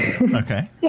Okay